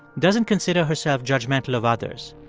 doesn't consider herself judgmental of others.